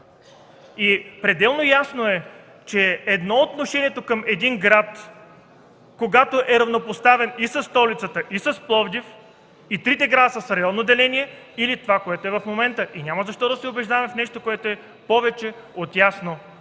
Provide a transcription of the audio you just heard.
И пределно ясно е, че едно е отношението към един град, когато е равнопоставен и със столицата, и с Пловдив, а трите града са с районно деление, или това, което е в момента. И няма защо да се убеждаваме в нещо, което е повече от ясно.